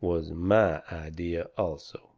was my idea also.